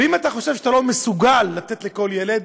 ואם אתה חושב שאתה לא מסוגל לתת לכל ילד,